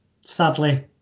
sadly